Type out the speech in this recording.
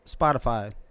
Spotify